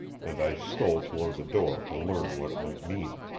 and i stole toward the door to learn what it might mean.